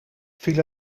viel